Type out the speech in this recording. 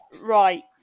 Right